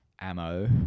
ammo